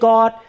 God